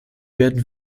werden